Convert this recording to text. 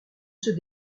ceux